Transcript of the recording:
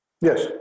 Yes